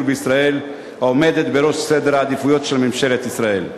בישראל עומדת בראש סדר העדיפויות של ממשלת ישראל.